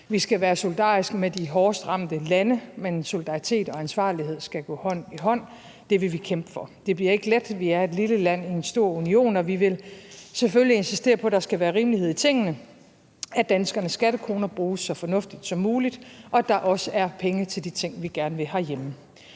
Vi skal være solidariske med de hårdest ramte lande, men solidaritet og ansvarlighed skal gå hånd i hånd. Det vil vi kæmpe for. Det bliver ikke let. Vi er et lille land i en stor union. Vi vil selvfølgelig insistere på, at der skal være rimelighed i tingene, at danskernes skattekroner bruges så fornuftigt som muligt, og at der også er penge til de ting, vi gerne vil herhjemme.